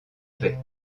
paix